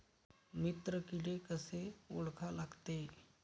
मित्र किडे कशे ओळखा लागते?